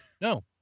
no